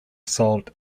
sold